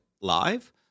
live